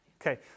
Okay